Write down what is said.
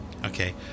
Okay